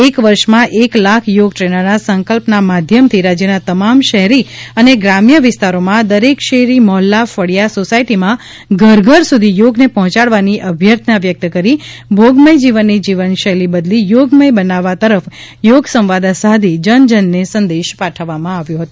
એક વર્ષમાં એક લાખ યોગ ટ્રેનરના સંકલ્પના માધ્યમથી રાજ્યના તમામ શહેરી અને ગ્રામ્ય વિસ્તારોમાં દરેક શેરી મહોલ્લા ફળીયા સોસાયટીમાં ઘર ઘર સુધી યોગને પહોંચાડવાની અભ્યર્થના વ્યક્ત કરી ભોગમય જીવનની જીવન શૈલી બદલી યોગમય બનાવવા તરફ યોગસંવાદ સાધી જનજનને સંદેશ પાઠવ્યો હતો